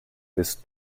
bis